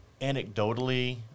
anecdotally